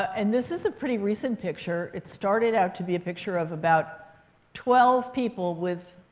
and this is a pretty recent picture. it started out to be a picture of about twelve people with